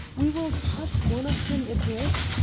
we will cut one of them adrift.